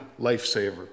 lifesaver